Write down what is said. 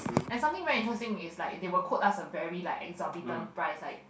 and something very interesting is like they will quote us a very like exorbitant price like